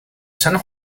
san